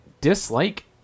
dislike